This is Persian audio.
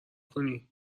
کنی